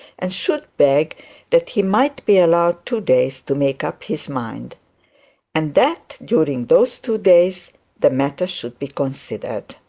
and should beg that he might be allowed two days to make up his mind and that during those two days the matter should be considered.